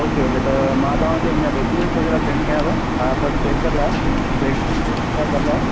okay okay त मां तव्हांखे मुंहिंजा डॉक्यूमेंटस वगै़रह सेंड कयां थो तव्हां सभु चेक करे लाहियो वेरीफ़ाए ॿेरीफ़ाए करे लाहियो